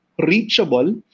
reachable